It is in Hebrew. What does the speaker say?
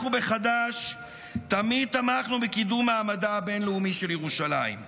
אנחנו בחד"ש תמיד תמכנו בקידום מעמדה הבין-לאומי של ירושלים.